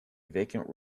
vacant